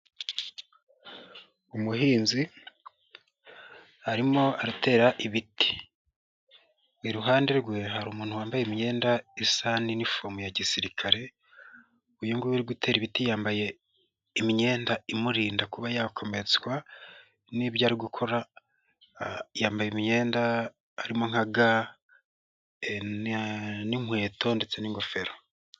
Umuhinzi arimo aratera ibiti, iruhande rwe hari umuntu wambaye imyenda isa n'inifomu ya gisirikare uyunguyu urigutera ibiti yambaye imyenda imurinda kuba yakometswa n'ibyo ari gukora yambaye imyenda irimo nka ga, n'inkweto ndetse n'ingofero.